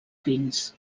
pins